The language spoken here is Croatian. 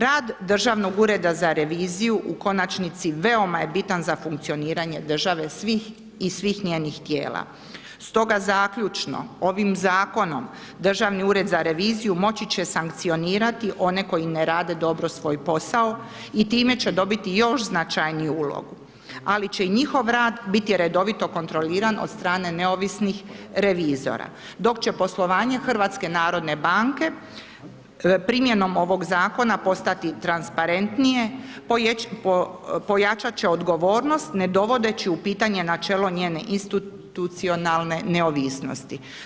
Rad Državnog ureda za reviziju u konačnici veoma je bitan za funkcioniranje države svih i svih njenih tijela, stoga zaključno, ovim zakonom, Državni ured za reviziju moći će sankcionirati one koji ne rade svoj posao i time će dobiti još značajniju ulogu, ali će i njihov rad biti redovito kontroliran od strane neovisnih revizora, dok će poslovanje HNB-a primjenom ovog zakona postati transparentnije, pojačat će odgovornost ne dovodeći u pitanje načelo njene institucionalne neovisnosti.